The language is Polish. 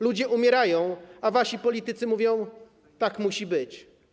Ludzie umierają, a wasi politycy mówią: tak musi być.